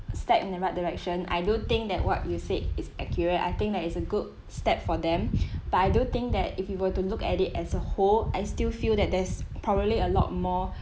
step in the right direction I do think that what you said is accurate I think that is a good step for them but I do think that if you were to look at it as a whole I still feel that there's probably a lot more